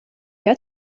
jij